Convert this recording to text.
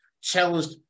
challenged